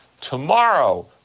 Tomorrow